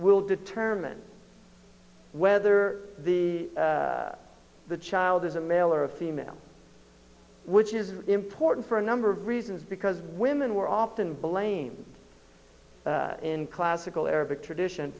will determine whether the the child is a male or a female which is important for a number of reasons because women were often blamed in classical arabic tradition